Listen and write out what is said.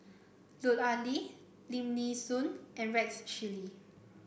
Lut Ali Lim Nee Soon and Rex Shelley